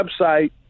website